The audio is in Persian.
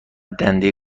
دنده